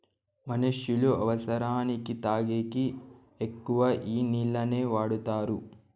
మనుష్యులు అవసరానికి తాగేకి ఎక్కువ ఈ నీళ్లనే వాడుతారు